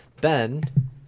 Ben